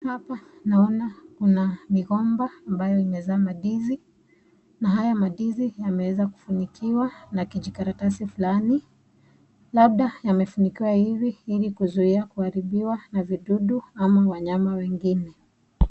Hapa naona kuna migomba ambayo imezaa mandizi na haya mandizi yameweza kufunikiwa na kijikaratasi fulani, labda yamefunikiwa hivi ili kuzuia kuharibiwa na vidudu ama wanyama wengine.